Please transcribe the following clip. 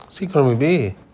சீக்கிரம்:seekiram baby